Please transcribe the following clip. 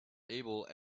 able